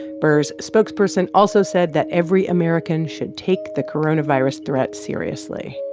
burr's spokesperson also said that every american should take the coronavirus threat seriously.